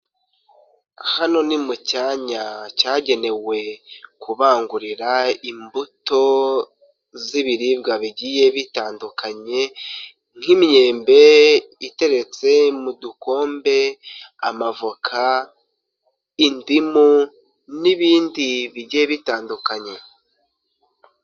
Hano ni mu cyanya cyagenewe kubangurira imbuto z'ibiribwa bigiye bitandukanye nk'imyembe iteretse mu dukombe, amavoka, indimu n'ibindi bigiye bitandukanye.